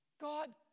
God